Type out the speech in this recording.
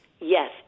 Yes